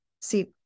See